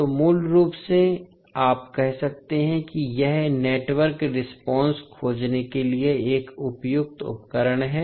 तोमूल रूप से आप कह सकते हैं कि यह नेटवर्क रेस्पॉन्स खोजने के लिए एक उपयुक्त उपकरण है